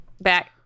Back